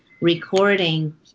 recording